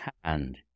hand